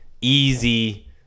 easy